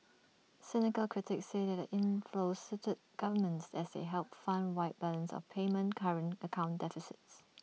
cynical critics say that the inflows suited governments as they helped fund wide balance of payment current account deficits